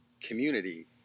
community